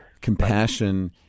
Compassion